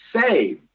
say